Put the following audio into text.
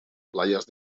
playas